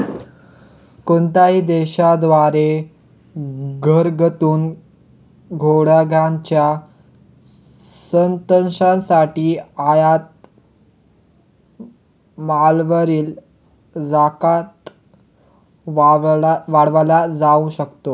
कोणत्याही देशा द्वारे घरगुती उद्योगांच्या संरक्षणासाठी आयात मालावरील जकात वाढवला जाऊ शकतो